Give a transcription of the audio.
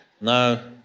No